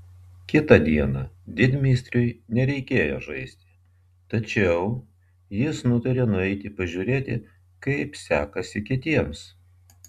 kitą dieną didmeistriui nereikėjo žaisti tačiau jis nutarė nueiti pažiūrėti kaip sekasi kitiems